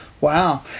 wow